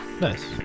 Nice